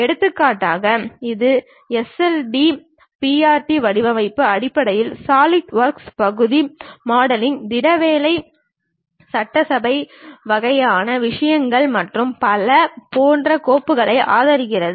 எடுத்துக்காட்டாக இது SLDPRT வடிவமைப்பு அடிப்படையில் சாலிட்வொர்க்ஸ் பகுதி மாடலிங் திட வேலை சட்டசபை வகையான விஷயங்கள் மற்றும் பல போன்ற கோப்புகளை ஆதரிக்கிறது